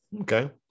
okay